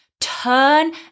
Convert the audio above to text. Turn